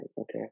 okay